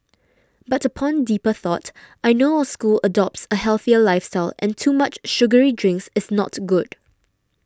but upon deeper thought I know our school adopts a healthier lifestyle and too much sugary drinks is not good